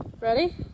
ready